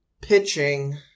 pitching